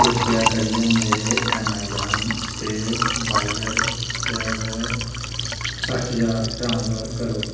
कृपा करियै मेरे ऐमाज़ॉन पेऽ वालेट च रुपये सट्ठ ज्हार ट्रांसफर करो